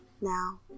now